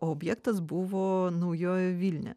o objektas buvo naujoji vilnia